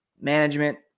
management